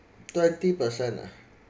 twenty per cent ah